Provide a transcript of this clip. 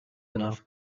enough